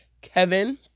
Kevin